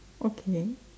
okay